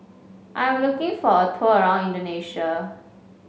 I'm looking for a tour around Indonesia